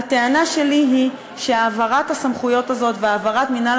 הטענה שלי היא שהעברת הסמכויות הזאת והעברת מינהל